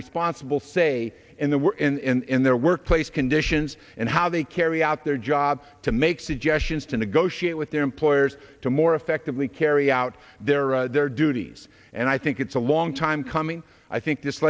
responsible say in the were in their workplace conditions and how they carry out their job to make suggestions to negotiate with their employers to more effectively carry out their their duties and i think it's a long time coming i think this